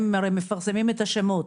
הם הרי מפרסמים את השמות,